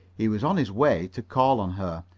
he was on his way to call on her,